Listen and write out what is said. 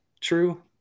true